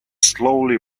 slowly